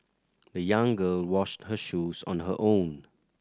the young girl washed her shoes on her own